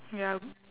ya